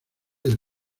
del